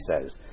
says